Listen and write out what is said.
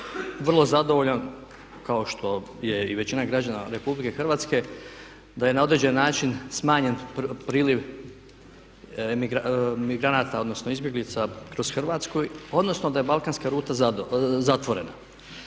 vrlo zadovoljan kao što je i većina građana Republike Hrvatske da je na određen način smanjen priliv migranata, odnosno izbjeglica kroz Hrvatsku odnosno da je Balkanska ruta zatvorena.